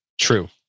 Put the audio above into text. True